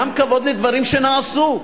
גם כבוד לדברים שנעשו,